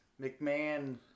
McMahon